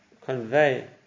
convey